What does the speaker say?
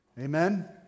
Amen